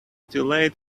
delayed